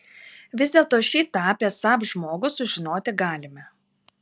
vis dėlto šį tą apie saab žmogų sužinoti galime